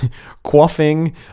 quaffing